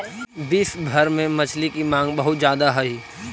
विश्व भर में मछली की मांग बहुत ज्यादा हई